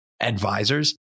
advisors